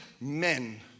men